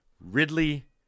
Ridley